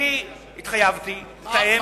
אני התחייבתי לתאם,